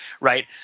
right